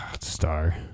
star